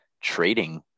trading